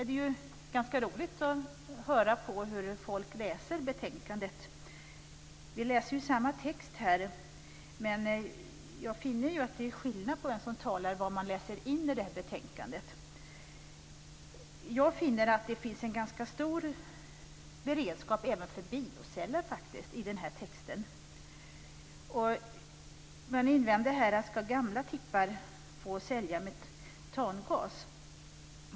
Det är roligt att höra hur folk läser betänkandet. Vi läser samma text, men det är skillnad på vad man läser in i betänkandet. Jag menar att det finns en ganska stor beredskap även för bioceller i texten. Man invänder mot att gamla tippar skall få sälja metangas.